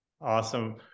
awesome